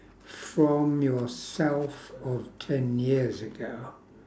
from yourself of ten years ago